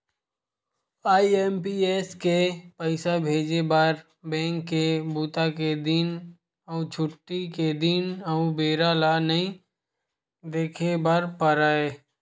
IMPS से पइसा भेजे बर बेंक के बूता के दिन अउ छुट्टी के दिन अउ बेरा ल नइ देखे बर परय